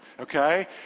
okay